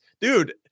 dude